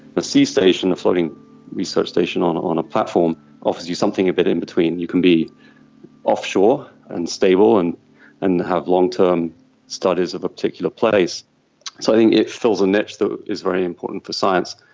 a sea station, a floating research station on on a platform offers you something a bit in between. you can be offshore and stable and and have long-term studies of a particular place. so i think it fills a niche that is very important for science.